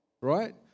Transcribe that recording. Right